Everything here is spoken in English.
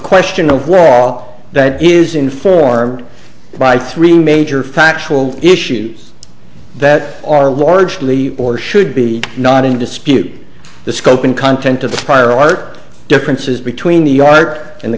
question of law that is informed by three major factual issues that are largely or should be not in dispute the scope and content of the prior art the differences between the art and the